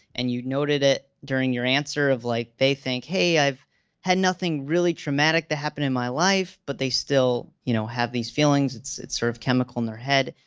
and you noted it during your answer of like they think, hey, i've had nothing really traumatic to happen in my life, but they still you know have these feelings. it's it's sort of chemical in their head.